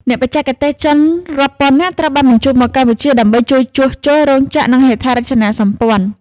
អ្នកបច្ចេកទេសចិនរាប់ពាន់នាក់ត្រូវបានបញ្ជូនមកកម្ពុជា ដើម្បីជួយជួសជុលរោងចក្រ និងហេដ្ឋារចនាសម្ព័ន្ធ។